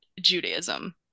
Judaism